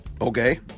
Okay